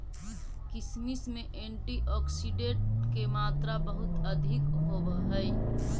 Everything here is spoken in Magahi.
किशमिश में एंटीऑक्सीडेंट के मात्रा बहुत अधिक होवऽ हइ